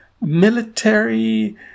military